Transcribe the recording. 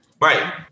Right